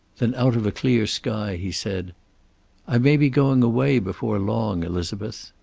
then, out of a clear sky, he said i may be going away before long, elizabeth.